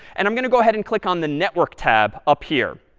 and i'm going to go ahead and click on the network tab up here.